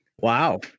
Wow